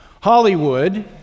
Hollywood